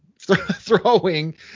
throwing